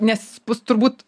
nes bus turbūt